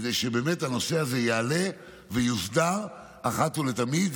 כדי שבאמת הנושא הזה יעלה ויוסדר אחת ולתמיד.